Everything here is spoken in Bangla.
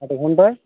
কতো ঘন্টায়